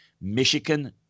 Michigan